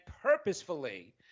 purposefully